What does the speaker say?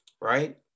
right